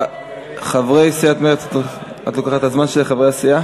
את לוקחת את הזמן של חברי הסיעה?